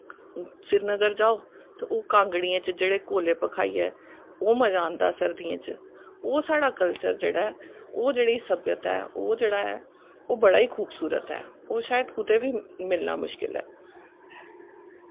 श्रीनगर च जाओ ते ओह् कांगड़ियें च जेह्ड़े कोले भखाइयै ओह् मज़ा आंदा सर्दियैं च ओह् साढ़ा कल्चर जेह्ड़ा ऐ ओह् जेह्ड़ी सभ्यता ऐ ओह् जेह्ड़ा ऐ ओह् बड़ा ई खूबसूरत ऐ ओह् शायद कुदै बी मिलना मुश्कल ऐ